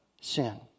sin